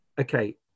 Okay